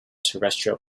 terrestrial